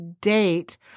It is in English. date